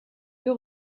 peu